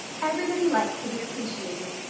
everybody likes to be appreciated.